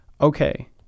okay